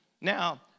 Now